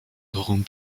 drôme